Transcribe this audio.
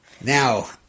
Now